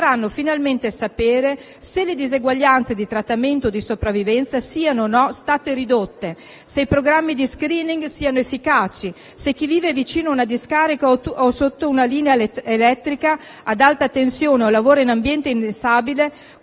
grazie a tutti